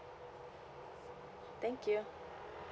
thank you